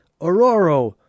Aurora